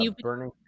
burning